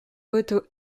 poteaux